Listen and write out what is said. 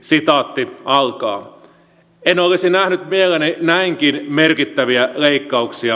en olisi nähnyt mielelläni näinkin merkittäviä leikkauksia